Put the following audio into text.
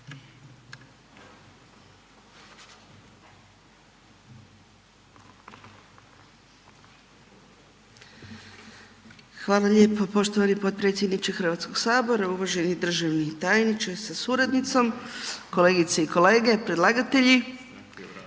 Hvala lijepo poštovani potpredsjedniče HS-a, uvaženi državni tajniče sa suradnicom. Kolegice i kolege, predlagatelji.